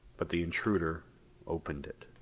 but the intruder opened it.